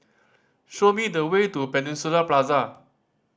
show me the way to Peninsula Plaza